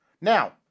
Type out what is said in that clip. Now